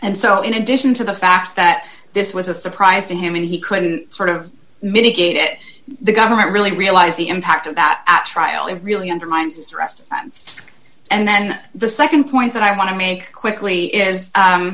and so in addition to the fact that this was a surprise to him and he couldn't sort of mitigate it the government really realize the impact of that trial it really undermines trust funds and then the nd point that i want to make quickly is